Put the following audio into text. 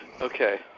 Okay